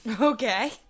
Okay